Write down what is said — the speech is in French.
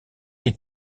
les